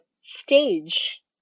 stage